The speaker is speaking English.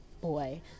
boy